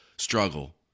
struggle